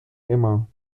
immer